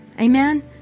Amen